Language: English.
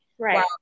Right